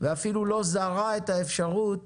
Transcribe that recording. ואפילו לא זרע את האפשרות